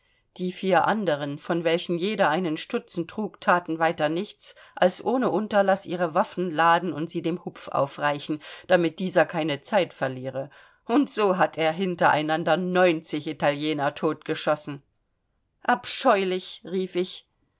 die vier anderen von welchen jeder einen stutzen trug thaten weiter nichts als ohne unterlaß ihre waffen laden und sie dem hupfauf reichen damit dieser keine zeit verliere und so hat er hintereinander neunzig italiener totgeschossen abscheulich rief ich